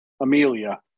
Amelia